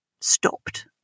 stopped